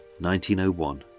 1901